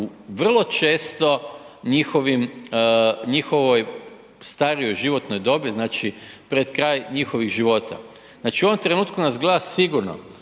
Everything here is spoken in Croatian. vrlo često njihovoj starijoj životnoj dobi, znači pred kraj njihovih života. Znači u ovom trenutku nas gleda sigurno,